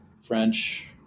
French